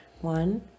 One